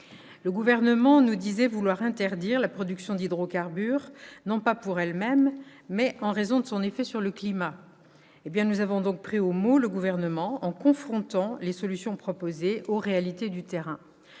Le Gouvernement nous disait vouloir interdire la production d'hydrocarbures non pas pour elle-même, mais en raison de son effet sur le climat : nous l'avons donc pris au mot en confrontant les solutions proposées aux réalités du terrain.